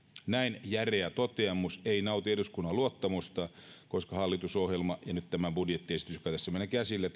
näin järeä toteamus ei nauti eduskunnan luottamusta koska hallitusohjelma ja nyt tämä budjettiesitys joka tässä meillä on käsillä